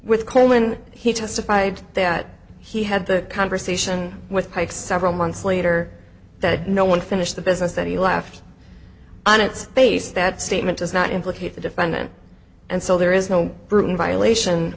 with colin he testified that he had the conversation with mike several months later that no one finished the business that he left on its face that statement does not implicate the defendant and so there is no proven violation